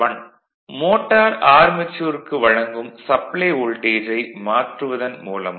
1 motor armature க்கு வழங்கும் supply வோல்டேஜை மாற்றுவதன் மூலமாக